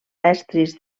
estris